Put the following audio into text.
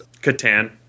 Catan